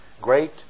great